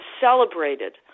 celebrated